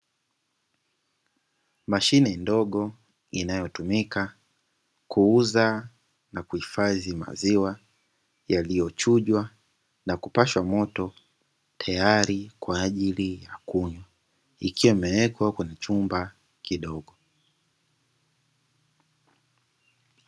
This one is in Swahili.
Mashine ndogo inayotumika kuuza na kuhifadhi maziwa, yaliyochujwa na kupashwa moto tayari kwa ajli ya kunywa ikiwa imewekwa ndani ya chumba kidogo.